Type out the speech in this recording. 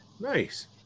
Nice